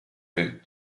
route